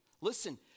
listen